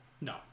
No